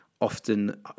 often